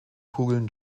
kugeln